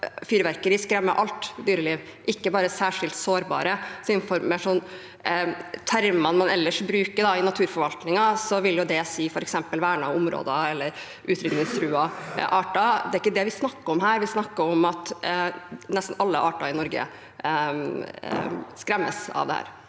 Fyrverkeri skremmer alt dyreliv, ikke bare særskilt sårbart, som innenfor de termene man ellers bruker i naturforvaltningen, vil si f.eks. vernede områder eller utrydningstruede arter. Det er ikke det vi snakker om her, vi snakker om at nesten alle arter i Norge skremmes av dette.